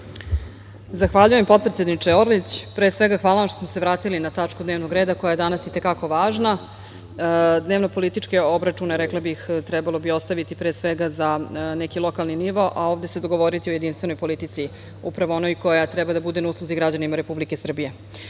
Zahvaljujem, potpredsedniče Orlić. Pre svega, hvala vam što smo se vratili na tačku dnevnog reda koja je danas i te kako važna. Dnevnopolitičke obračune, rekla bih, trebalo bi ostaviti pre svega za neki lokalni nivo, a ovde se dogovoriti o jedinstvenoj politici, upravo onoj koja treba da bude na usluzi građanima Republike Srbije. Što